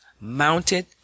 mounted